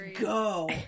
go